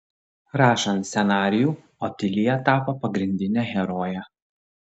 rašant scenarijų otilija tapo pagrindine heroje